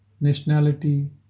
nationality